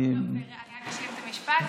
אני, אני רק אסיים את המשפט.